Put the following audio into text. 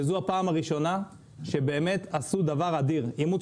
וזו הפעם הראשונה שעשו דבר אדיר אימוץ